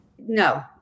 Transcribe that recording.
No